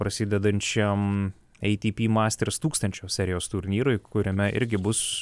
prasidedančiam eitypy masters tūkstančio serijos turnyrui kuriame irgi bus